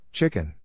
Chicken